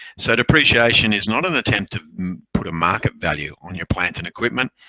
so depreciation is not an attempt to put a market value on your plant and equipment.